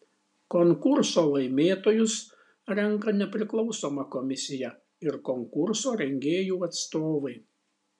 konkurso laimėtojus renka nepriklausoma komisija ir konkurso rengėjų atstovai